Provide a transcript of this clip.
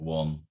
one